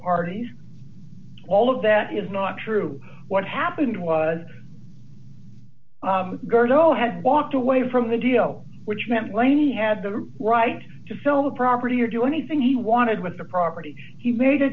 parties all of that is not true what happened was no had walked away from the deal which meant laney had the right to film the property or do anything he wanted with the property he made a